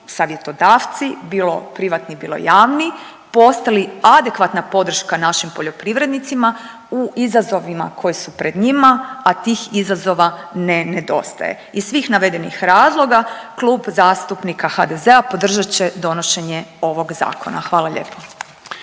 savjetodavci bilo privatni, bilo javni postali adekvatna podrška našim poljoprivrednicima u izazovima koji su pred njima, a tih izazova ne nedostaje. Iz svih navedenih razloga Klub zastupnika HDZ-a podržat će donošenje ovog Zakona. Hvala lijepa.